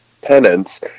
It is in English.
tenants